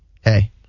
hey